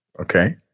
okay